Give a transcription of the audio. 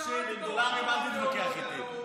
על דולרים אל תתווכח איתי.